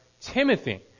Timothy